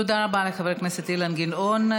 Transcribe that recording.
תודה רבה לחבר הכנסת אילן גילאון.